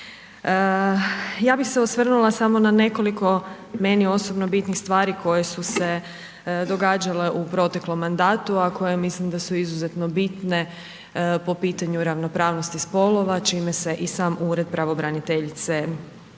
Ja bi se osvrnula samo na nekoliko meni osobno bitnih stvari koje su se događale u proteklom mandatu, a koje mislim da su izuzetno bitne po pitanju ravnopravnosti spolova, čime se i sam ured pravobraniteljice bavi.